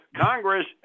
Congress